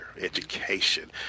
education